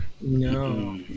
No